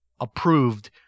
approved